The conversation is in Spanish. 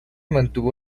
mantuvo